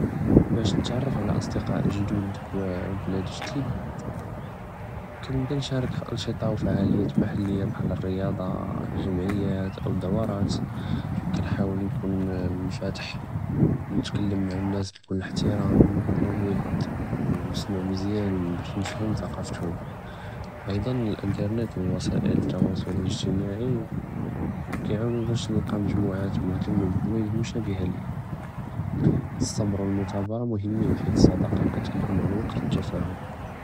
בַּאש תְּתְעַרַּף עלא אַסְדְקַאא גֻדָּד פַל، פַלְעִיד גְ׳דִיד، כּנְבְּדַא נְשַארֶכּ פַּאַנְשִטַה וּפַעַאלִיַּאת מֻחַלִיַּה בְּחַאל אֶרִיַאדַה אלגֻמְעִיַּאת אוּ אֶלדוּרוֹאת، כּנְחַאוֶול נְכוּן מֻנְפַּתֵח וּנְתְכַּלֶּם מַעַא נַאס בִּכֻל אִחְתִירַאם וּוֻדّ، וּנְסְמַע מְזִיַאן בַּאש נְפְהַם תַקַאפְתְהֻם، אַיְדַ׳אן אלאַנְתַרְנַאת וַסַאאִל אִלְתְּוַאסֻל אלְאִגְ׳תִימַאעִי، כִּיעַאוֶנְת נַאס בַּאש תְּלְקַא מַגְ׳מוּעַאת מֻהִמַּה לִחְוָאיְ׳ג מֻשַאבְּהַה לִיָּה، סַבְּר וּלְמֻתַאבְּרַה מֻהִמִّין בְּחִית כַּצְּדַאקַה תְּכְּבֶּר מַעַא לְוַקְת וּתְּפַאהֻם.